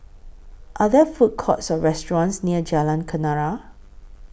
Are There Food Courts Or restaurants near Jalan Kenarah